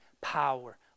power